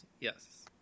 Yes